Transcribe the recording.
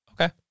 Okay